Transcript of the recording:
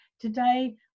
Today